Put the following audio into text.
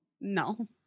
No